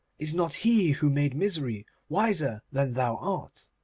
is not he who made misery wiser than thou art?